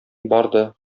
барды